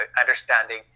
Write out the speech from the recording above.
understanding